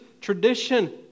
tradition